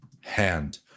hand